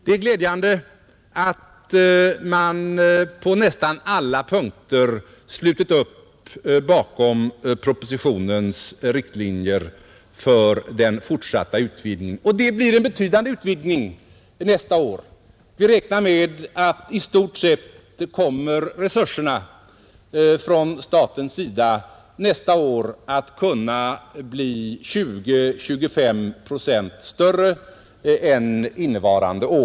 Det är glädjande att man på nästan alla punkter har slutit upp bakom propositionens riktlinjer för den fortsatta utvidgningen. Och det blir en betydande utvidgning nästa år — vi räknar med att resurserna från statens sida nästa år blir 20—25 procent större än innevarande år.